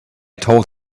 told